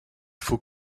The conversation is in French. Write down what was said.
faut